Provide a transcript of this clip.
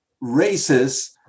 races